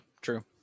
true